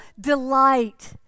delight